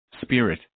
spirit